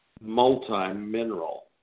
multi-mineral